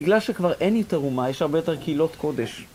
בגלל שכבר אין יותר אומה יש הרבה יותר קהילות קודש